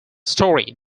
story